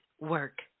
work